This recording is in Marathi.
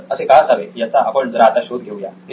तर असे का असावे याचा आपण जरा आता शोध घेऊया